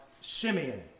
Simeon